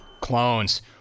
Clones